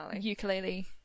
Ukulele